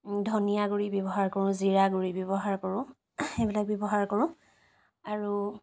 ধনিয়াগুড়ি ব্যৱহাৰ কৰোঁ জীৰাগুড়ি ব্যৱহাৰ কৰোঁ সেইবিলাক ব্যৱহাৰ কৰোঁ আৰু